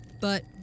but